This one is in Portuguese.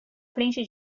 frente